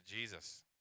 Jesus